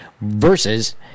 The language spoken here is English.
versus